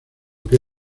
que